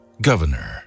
Governor